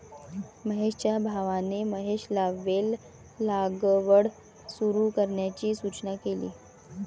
महेशच्या भावाने महेशला वेल लागवड सुरू करण्याची सूचना केली